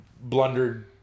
blundered